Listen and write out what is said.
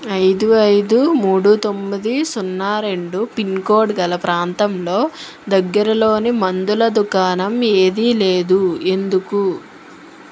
ఐదు ఐదు మూడు తొమ్మిది సున్నా రెండు పిన్కోడ్ గల ప్రాంతంలో దగ్గరలోని మందుల దుకాణం ఏదీ లేదు ఎందుకు